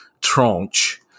tranche